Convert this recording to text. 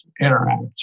interact